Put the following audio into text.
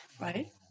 right